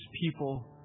People